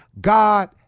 God